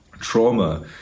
Trauma